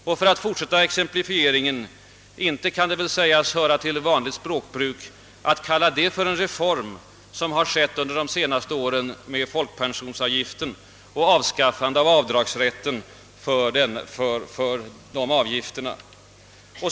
Och, för att fortsätta exemplifieringcen, inte kan det väl sägas höra till vanligt språkbruk att kalla det för en reform som under de senaste åren har skett med folkpensionsavgiften och avskaffåndet av avdragsrätten för den avgiften?